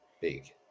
big